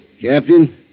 Captain